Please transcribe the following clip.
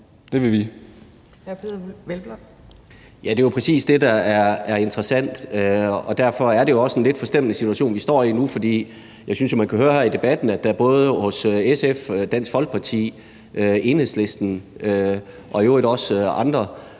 (EL): Ja, det er jo præcis det, der er interessant, og derfor er det jo også en lidt forstemmende situation, vi står i nu. For jeg synes jo, at man kan høre her i debatten, at der både hos SF, Dansk Folkeparti, Enhedslisten og i øvrigt også andre